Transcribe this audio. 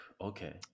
okay